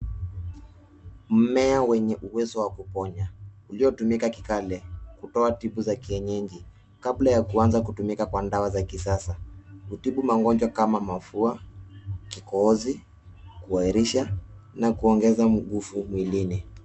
Mmea wenye uwezo wa kuponya uliotumika kikale kutoa tibu za kienyeji kabla ya kuanza kutumika kwa dawa za kisasa. Hutibu magonjwa kama mapua, kikohozi, kuharisha na kuongeza nguvu mwilini.